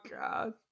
God